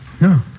No